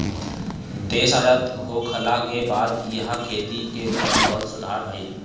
देश आजाद होखला के बाद इहा खेती के काम में बहुते सुधार भईल